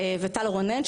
וטל רונן,